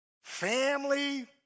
family